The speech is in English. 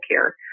care